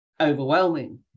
overwhelming